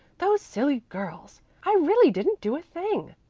those silly girls! i really didn't do a thing,